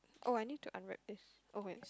oh I need to unwrap this oh wait